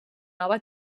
nova